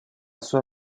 sua